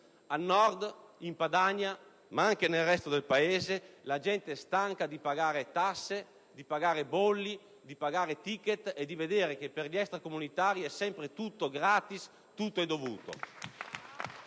Al Nord, in Padania, ma anche nel resto del Paese, la gente è stanca di pagare tasse, di pagare bolli, di pagare *ticket* e vedere che per gli extracomunitari è sempre tutto gratis e tutto dovuto.